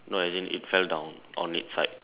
no as in it fell down on it's side